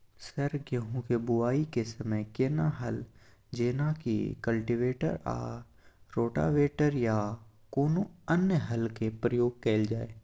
Sir गेहूं के बुआई के समय केना हल जेनाकी कल्टिवेटर आ रोटावेटर या कोनो अन्य हल के प्रयोग कैल जाए?